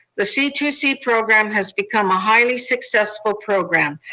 the c two c program has become a highly successful program.